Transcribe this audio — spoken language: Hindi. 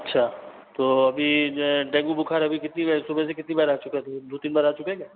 अच्छा तो अभी जो है डेंगू बुखार अभी सुबह से कितनी बार आ चुका है दो तीन बार आ चुका है क्या